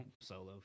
solo